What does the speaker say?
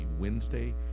Wednesday